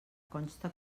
consta